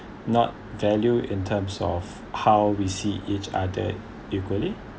not value in terms of how we see each other equally